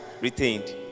retained